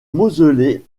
mausolée